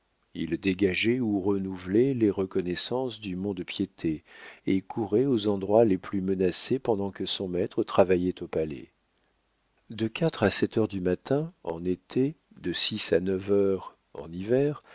il dégageait ou renouvelait les reconnaissances du mont-de-piété et courait aux endroits les plus menacés pendant que son maître travaillait au palais de quatre à sept heures du matin en été de six à neuf heures en hiver